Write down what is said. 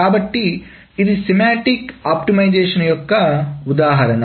కాబట్టి ఇది semantic optimisation యొక్క ఉదాహరణ